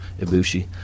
Ibushi